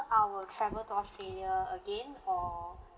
I will travel to australia again or